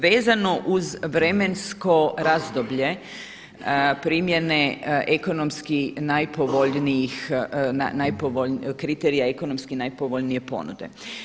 Vezano uz vremensko razdoblje primjene ekonomski najpovoljnijih, kriterija ekonomski najpovoljnije ponude.